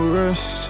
rest